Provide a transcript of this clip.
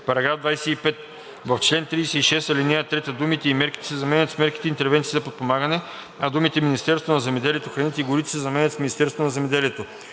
§ 25. В чл. 36, ал. 3 думите „и мерките“ се заменят с „мерките и интервенциите за подпомагане“, а думите „Министерството на земеделието, храните и горите“ се заменят с „Министерството на земеделието“.“